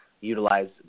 utilize